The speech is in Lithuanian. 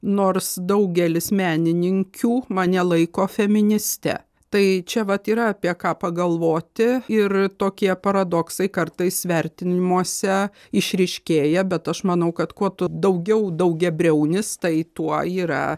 nors daugelis menininkių mane laiko feministe tai čia vat yra apie ką pagalvoti ir tokie paradoksai kartais vertinimuose išryškėja bet aš manau kad kuo tu daugiau daugiabriaunis tai tuo yra